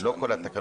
לא את כל התקנות,